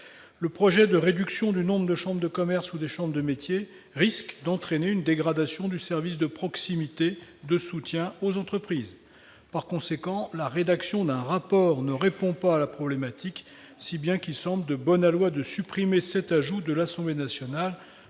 le projet de réduction du nombre de chambres de commerce ou des chambres de métiers risque d'entraîner une dégradation du service de proximité de soutien aux entreprises. La rédaction d'un rapport ne répondant pas à la problématique posée, il semble préférable de supprimer l'alinéa 65 ajouté par l'Assemblée nationale.